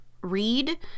read